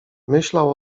myślał